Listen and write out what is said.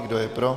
Kdo je pro?